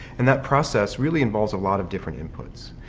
and that process really involves a lot of different inputs.